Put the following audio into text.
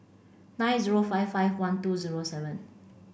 nine zero five five one two zero seven